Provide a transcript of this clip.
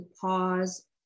pause